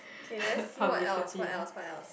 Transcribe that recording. kay let's see what else what else what else